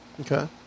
Okay